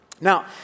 Now